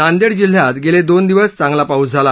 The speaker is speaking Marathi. नांदेड जिल्ह्यात गळावेन दिवस चांगला पाऊस झाला